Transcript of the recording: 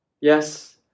Yes